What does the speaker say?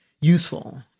useful